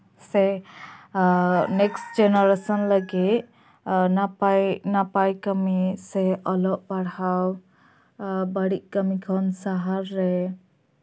ᱥᱮ next generation ᱞᱟᱹᱜᱤᱫ ᱱᱟᱯᱟᱭᱼᱱᱟᱯᱟᱭ ᱠᱟᱹᱢᱤ ᱥᱮ ᱚᱞᱚᱜ ᱯᱟᱲᱦᱟᱣ ᱮᱸᱜ ᱵᱟᱹᱲᱤᱡ ᱠᱟᱹᱢᱤ ᱠᱷᱚᱱ ᱥᱟᱦᱟ ᱨᱮ